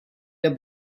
der